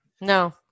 No